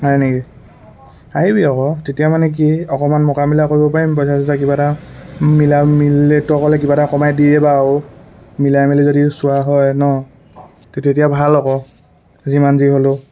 হয় নেকি আহিবি আকৌ তেতিয়া মানে কি অকমান মোকামিলা কৰিব পাৰিম পইচা চইচা কিবা এটা মিলা মিলাই অকলে কিবা এটা কমাই দিয়ে বা আও মিলাই মিলি যদি চোৱা হয় ন তেতিয়া ভাল আকৌ যিমান যি হ'লেও